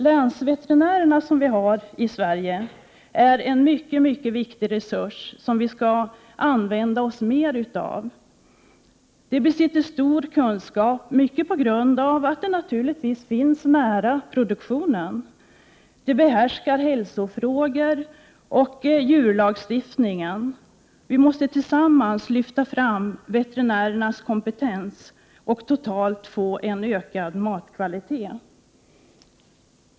Länsveterinärerna i Sverige är en mycket viktig resurs, som vi skall använda oss mer av. De besitter stor kunskap, i stor utsträckning på grund av att de finns nära produktionen. De behärskar hälsofrågor och djurlagstift ning. Vi måste tillsammans lyfta fram veterinärernas kompetens och totalt få en ökad matkvalitet.